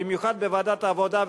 במיוחד בוועדת העבודה,